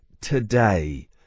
today